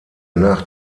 nach